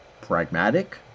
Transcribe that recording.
pragmatic